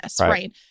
right